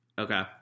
Okay